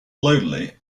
lonely